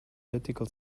political